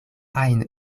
ajn